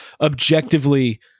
objectively